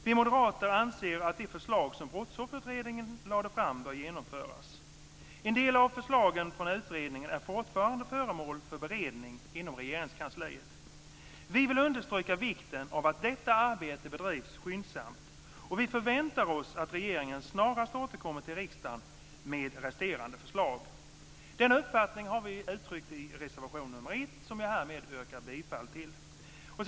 Vi moderater anser att de förslag som Brottsofferutredningen lade fram bör genomföras. En del av förslagen från utredningen är fortfarande föremål för beredning inom Regeringskansliet. Vi vill understryka vikten av att detta arbete bedrivs skyndsamt, och vi förväntar oss att regeringen snarast återkommer till riksdagen med resterande förslag. Denna uppfattning har vi uttryckt i reservation 1, som jag härmed yrkar bifall till.